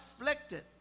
afflicted